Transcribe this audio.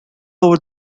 over